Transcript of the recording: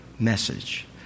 Message